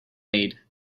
made